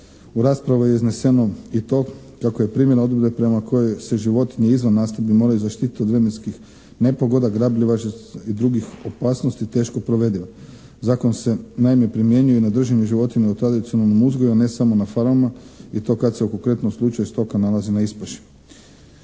U raspravi je izneseno i to kako je primjena odredbe prema kojoj se životinje izvan nastambi moraju zaštititi od vremenskih nepogoda, grabljivca i drugih opasnosti, teško provediva. Zakon se naime primjenjuje i na držanju životinja u tradicionalnom uzgoju ne samo na farmama i to kad se u konkretnom slučaju stoka nalazi na ispaši.